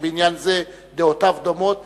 שבעניין זה דעותיו דומות,